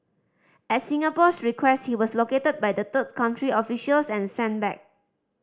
at Singapore's request he was located by the third country officials and sent back